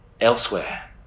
elsewhere